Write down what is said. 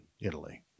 Italy